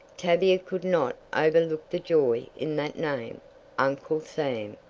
tavia could not overlook the joy in that name uncle sam.